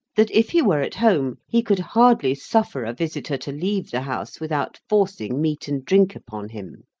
that, if he were at home, he could hardly suffer a visitor to leave the house without forcing meat and drink upon him.